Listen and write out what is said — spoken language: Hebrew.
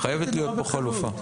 חייבת להיות כאן חלופה.